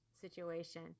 situation